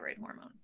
hormone